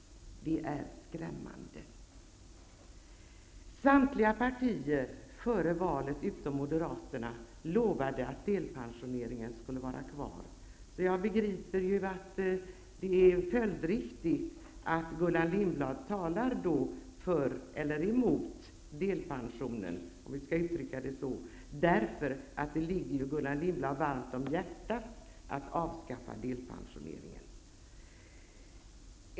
Det är skrämmande. Samtliga partier utom Moderaterna lovade före valet att delpensionssystemet skulle finnas kvar. Jag begriper då att det är följdriktigt att Gullan Lindblad talar för eller emot delpensionen, eftersom det ligger Gullan Lindblad varmt om hjärtat att avskaffa delpensionen.